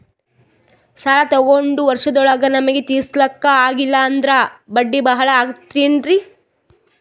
ಸಾಲ ತೊಗೊಂಡು ವರ್ಷದೋಳಗ ನಮಗೆ ತೀರಿಸ್ಲಿಕಾ ಆಗಿಲ್ಲಾ ಅಂದ್ರ ಬಡ್ಡಿ ಬಹಳಾ ಆಗತಿರೆನ್ರಿ?